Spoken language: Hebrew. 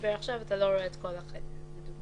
שמדבר עכשיו ואתה לא רואה את כל החדר, לדוגמה.